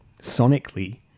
sonically